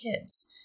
kids